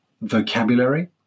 vocabulary